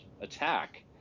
attack